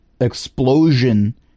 explosion